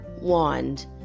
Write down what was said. wand